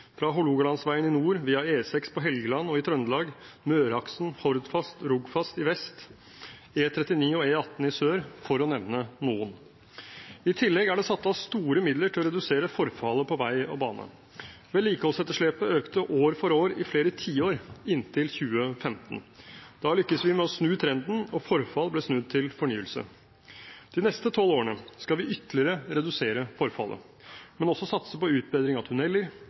fra Hålogalandsveien i nord, via E6 på Helgeland og i Trøndelag, Møreaksen, Hordfast og Rogfast i vest, E39 og E18 i sør – for å nevne noen. I tillegg er det satt av store midler til å redusere forfallet på vei og bane. Vedlikeholdsetterslepet økte år for år i flere tiår inntil 2015. Da lyktes vi med å snu trenden, og forfall ble snudd til fornyelse. De neste tolv årene skal vi ytterligere redusere forfallet, men også satse på utbedring av